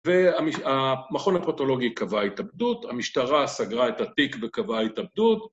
והמכון הפרטולוגי קבעה התאבדות, המשטרה סגרה את התיק וקבעה התאבדות.